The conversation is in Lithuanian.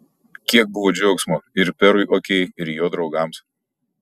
kiek buvo džiaugsmo ir perui okei ir jo draugams